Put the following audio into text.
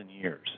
years